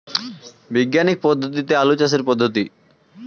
বিজ্ঞানিক পদ্ধতিতে আলু চাষের পদ্ধতি?